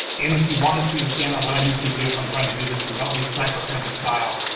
and if you wanted to, again, what i usually do if i'm trying to do this remotely sniper forensics style,